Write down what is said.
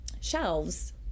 shelves